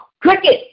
Cricket